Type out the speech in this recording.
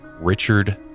Richard